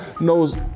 knows